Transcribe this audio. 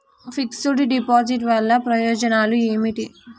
Fix డ్ deposit వల్ల ప్రయోజనాలు ఏమిటి?